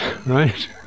right